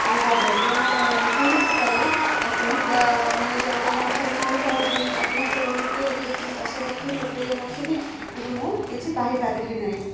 ଇଏ କରିଦେବେ ମାନେ ସହି ନପାରି ଆତ୍ମହତ୍ୟା ମାନେ ଜଣେ ଜଣେ ଅଛନ୍ତି ସହିପାରନ୍ତିନି ଆତ୍ମହତ୍ୟା କରନ୍ତି କି ଏତେ ଚାଷ କରିଥିନି ଏତେ ଇଏ କରିଥିନି କିନ୍ତୁ ମୁଁ କିଛି ପାଇପାରିଲି ନାହିଁ